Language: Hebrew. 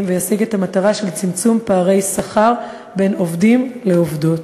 וישיג את המטרה של צמצום פערי שכר בין עובדים לעובדות.